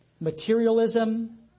Materialism